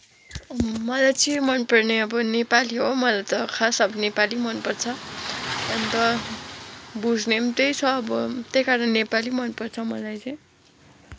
मलाई चाहिँ मनपर्ने अब नेपाली हो मलाई त खास अब नेपाली मनपर्छ अन्त बुझ्ने पनि त्यही छ अब त्यही कारण नेपाली मनपर्छ मलाई चाहिँ